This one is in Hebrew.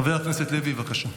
חבר הכנסת לוי, בבקשה.